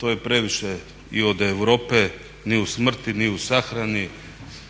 to je previše i od Europe, ni u smrti, ni u sahrani